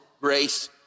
grace